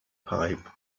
pipe